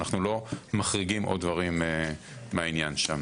אנחנו לא מחריגים עוד דברים מהעניין שם.